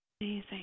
Amazing